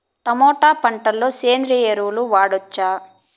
Tomato పంట లో సేంద్రియ ఎరువులు వాడవచ్చా?